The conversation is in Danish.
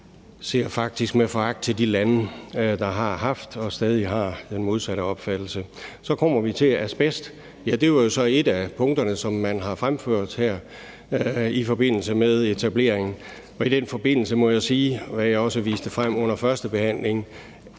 ser faktisk med foragt til de lande, der har haft og stadig har den modsatte opfattelse. Så kommer vi til asbest, og ja, det er jo så et af punkterne, som man har fremført her i forbindelse med etableringen. I den forbindelse må jeg citere Vejdirektoratet, og jeg har også vist det frem under førstebehandlingen: